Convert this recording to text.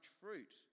fruit